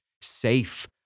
safe